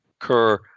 occur